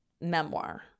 memoir